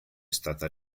stata